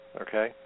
okay